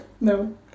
No